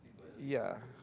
ya